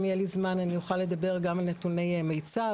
יהיה לי זמן אני אוכל לדבר גם על נתוני מיצ"ב,